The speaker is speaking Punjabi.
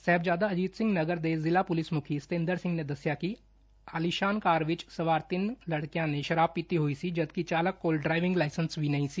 ਸਾਹਿਬਜ਼ਾਦਾ ਅਜੀਤ ਸਿੰਘ ਨਗਰ ਦੇ ਜਿਲਾ ਪੁਲਿਸ ਮੁਖੀ ਸਤਿੰਦਰ ਸਿੰਘ ਨੇ ਦੱਸਿਆ ਕਿ ਆਲੀਸ਼ਾਨ ਕਾਰ ਵਿੱਚ ਸਵਾਰ ਇਨ੍ਨਾਂ ਤਿੰਨਾਂ ਲਤਕਿਆਂ ਨੇ ਸ਼ਰਾਬ ਪੀਤੀ ਹੋਈ ਸੀ ਜਦਕਿ ਚਾਲਕ ਕੋਲ ਡਰਾਇਵਿੰਗ ਲਾਇਸੰਸ ਵੀ ਨਹੀ ਸੀ